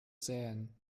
sähen